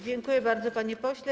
Dziękuję bardzo, panie pośle.